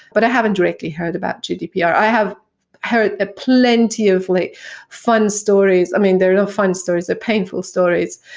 but i haven't directly heard about gdpr. i have heard a plenty of like fun stories. i mean, they're not fun stories. they're painful stories.